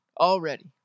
already